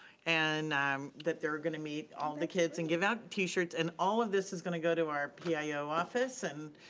and um they're gonna meet all the kids and give out t shirts, and all of this is gonna go to our pio office and